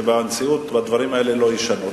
בנשיאות שהדברים האלה לא יישנו.